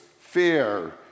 fear